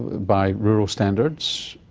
by rural standards.